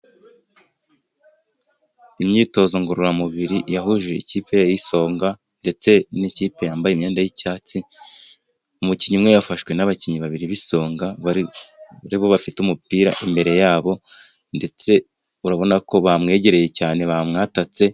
Imyitozo ngororamubiri yahuje ikipe y'isonga ndetse n'ikipe yambaye imyenda y'icyatsi, umukinnyi umwe yafashwe n'abakinnyi babiri b'isonga, muri bo bafite umupira imbere yabo ndetse urabona ko bamwegereye cyane bamwatatse.